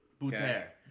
butter